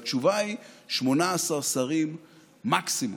והתשובה היא 18 שרים מקסימום.